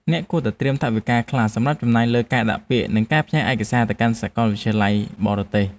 អ្នកគួរតែត្រៀមថវិកាខ្លះសម្រាប់ចំណាយលើការដាក់ពាក្យនិងការផ្ញើឯកសារទៅកាន់សាកលវិទ្យាល័យបរទេស។